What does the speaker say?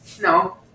no